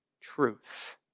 truth